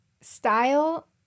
style